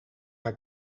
haar